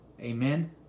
Amen